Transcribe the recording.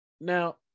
now